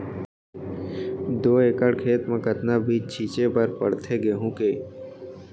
दो एकड़ खेत म कतना बीज छिंचे बर पड़थे गेहूँ के?